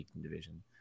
division